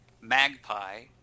Magpie